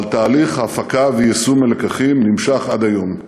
אבל תהליך הפקת ויישום הלקחים נמשך עד היום.